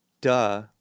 Duh